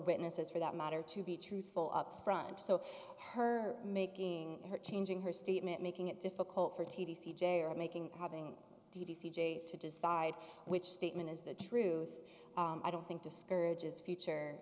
witnesses for that matter to be truthful upfront so her making her changing her statement making it difficult for t v c j or making having d c j to decide which statement is the truth i don't think discourages future